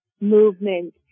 movement